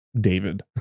David